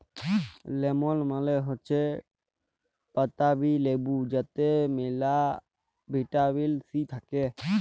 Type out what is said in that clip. lemon মালে হৈচ্যে পাতাবি লেবু যাতে মেলা ভিটামিন সি থাক্যে